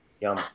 yum